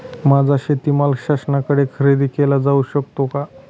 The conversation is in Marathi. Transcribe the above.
माझा शेतीमाल शासनाकडे खरेदी केला जाऊ शकतो का?